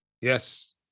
Yes